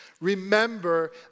Remember